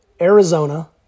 Arizona